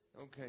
Okay